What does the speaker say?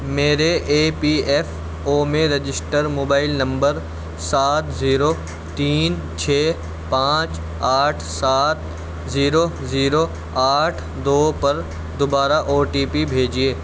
میرے A P F O میں register mobile number سات زیرو تین چھ پانچ آٹھ سات زیرو زیرو آٹھ دو پر دوبارہ او ٹی پی بھیجیے